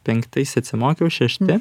penktais atsimokiau šešti